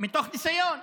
מתוך ניסיון.